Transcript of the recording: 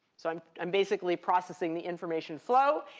so i'm i'm basically processing the information flow.